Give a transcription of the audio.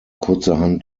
kurzerhand